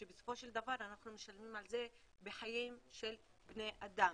כשסופו של דבר אנחנו משלמים על זה בחיים של בני אדם.